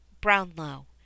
Brownlow